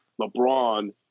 LeBron